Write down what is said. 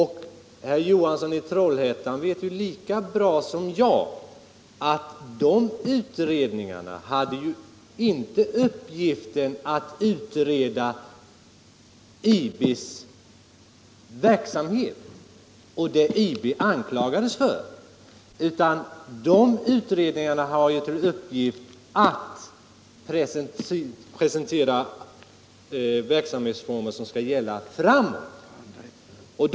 Herr Johansson i Trollhättan vet lika bra som jag att de utredningarna inte hade till uppgift att klarlägga IB:s verksamhet och det IB anklagades för, utan att presentera de verksamhetsformer som skall gälla framåt i tiden.